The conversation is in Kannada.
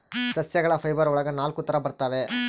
ಸಸ್ಯಗಳ ಫೈಬರ್ ಒಳಗ ನಾಲಕ್ಕು ತರ ಬರ್ತವೆ